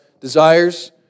desires